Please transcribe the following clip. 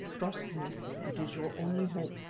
trust me it is your only hope.